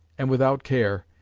and without care,